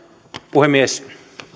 puhemies